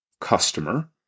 customer